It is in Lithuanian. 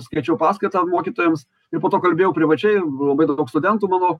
skaičiau paskaitą mokytojams ir po to kalbėjau privačiai ir labai daug studentų buvo